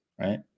right